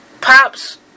Pops